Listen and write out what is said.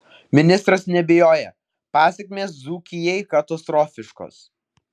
ministras neabejoja pasekmės dzūkijai katastrofiškos